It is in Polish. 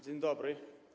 Dzień dobry.